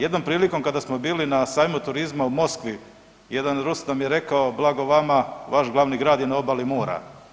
Jednom prilikom kada smo bili na sajmu turizma u Moskvi jedan Rus nam je rekao, blago vama vaš glavni grad je na obali mora.